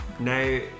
Now